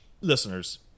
Listeners